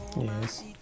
Yes